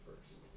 first